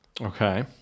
Okay